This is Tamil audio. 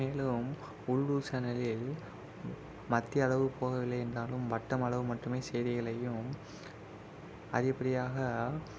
மேலும் உள்ளூர் சேனலில் மத்திய அளவில் போகவில்லை என்றாலும் வட்டம் அளவு மட்டுமே செய்திகளையும் அதிகப்படியாக